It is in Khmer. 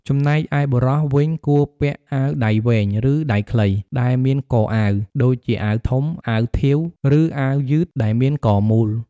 ចំណែកឯបុរសវិញ គួរពាក់អាវដៃវែង ឬដៃខ្លីដែលមានកអាវ ដូចជាអាវធំ អាវធាវ ឬអាវយឺតដែលមានកមូល។